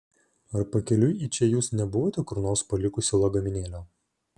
ar pakeliui į čia jūs nebuvote kur nors palikusi lagaminėlio